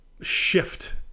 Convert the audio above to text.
shift